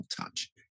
touch